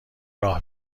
راه